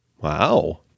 Wow